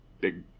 big